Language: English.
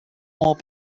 more